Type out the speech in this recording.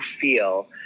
feel